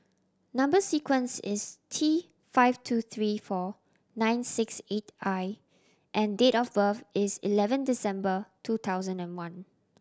number sequence is T five two three four nine six eight I and date of birth is eleven December two thousand and one